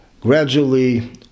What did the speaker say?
gradually